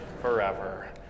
forever